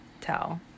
tell